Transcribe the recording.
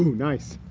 nice